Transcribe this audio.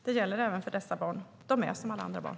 Det gäller även för dessa barn. De är som alla andra barn.